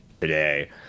today